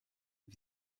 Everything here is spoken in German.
wie